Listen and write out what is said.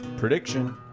Prediction